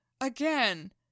again